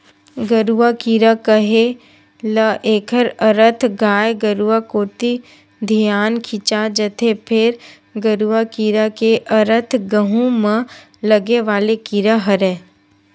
गरुआ कीरा केहे ल एखर अरथ गाय गरुवा कोती धियान खिंचा जथे, फेर गरूआ कीरा के अरथ गहूँ म लगे वाले कीरा हरय